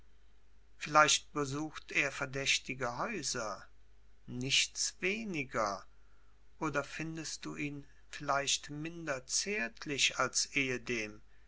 vielleicht besucht er verdächtige häuser nichts weniger oder findest du ihn vielleicht minder zärtlich als ehedem